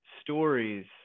stories